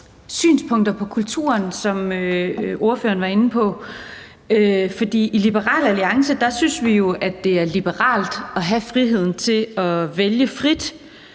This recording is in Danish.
synspunkter på kulturen, som ordføreren var inde på. I Liberal Alliance synes vi jo, at det er liberalt at have friheden til at vælge frit